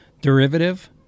derivative